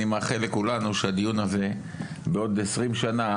אני מאחל לכולנו שהדיון הזה לא יראה כמו הדיון הזה בעוד 20 שנה,